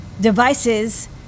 devices